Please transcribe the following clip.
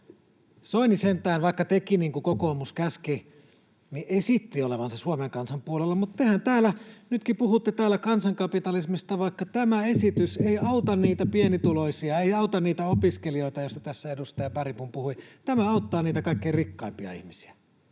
Soini sentään, vaikka teki niin kuin kokoomus käski, esitti olevansa Suomen kansan puolella, mutta tehän täällä nytkin puhutte kansankapitalismista, vaikka tämä esitys ei auta niitä pienituloisia, ei auta niitä opiskelijoita, joista tässä edustaja Bergbom puhui. Tämä auttaa niitä kaikkein rikkaimpia ihmisiä.